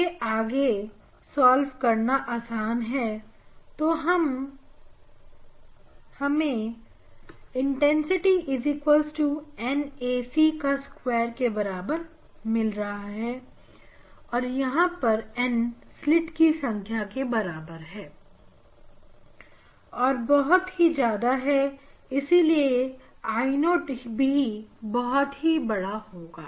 इसे आगे सॉल्व करना आसान है और हमें I0 स्क्वायर के बराबर मिल रहा है यहां पर N स्लिट की संख्या के बराबर है और यह बहुत ही ज्यादा है इसीलिए I0 भी बहुत ही बड़ा होगा